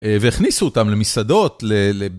והכניסו אותם למסעדות, ל...